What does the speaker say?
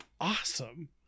Awesome